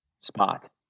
spot